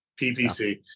PPC